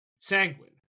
sanguine